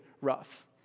rough